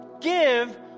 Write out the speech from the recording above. give